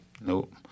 Nope